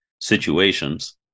situations